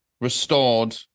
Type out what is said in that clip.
restored